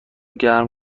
گرم